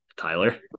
Tyler